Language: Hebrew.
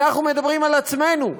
אנחנו מדברים על עצמנו,